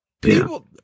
People